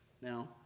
Now